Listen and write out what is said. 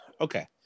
okay